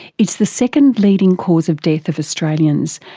it's the second leading cause of death of australians,